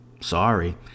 Sorry